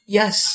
yes